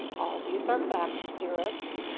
all these are facts, dearest.